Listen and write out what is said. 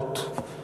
חברת "הוט",